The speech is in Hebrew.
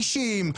אישיים,